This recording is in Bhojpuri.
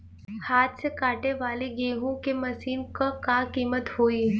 हाथ से कांटेवाली गेहूँ के मशीन क का कीमत होई?